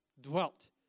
Dwelt